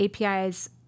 APIs